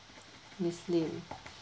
miss lim